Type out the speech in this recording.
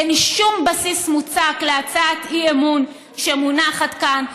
אין שום בסיס מוצק להצעת האי-אמון שמונחת כאן.